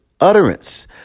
utterance